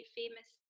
famous